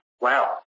wow